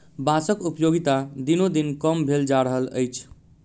बाँसक उपयोगिता दिनोदिन कम भेल जा रहल अछि